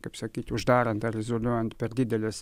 kaip sakyt uždarant ar izoliuojant per dideles